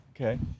Okay